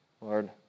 Lord